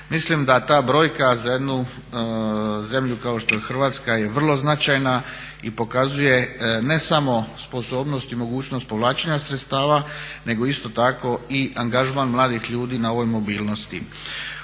Mislim da ta brojka za jednu zemlju kao što je Hrvatska je vrlo značajna i pokazuje ne samo sposobnost i mogućnost povlačenja sredstava nego isto tako i angažman mladih ljudi na ovoj mobilnosti.